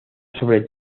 sobre